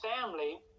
family